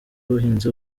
w’ubuhinzi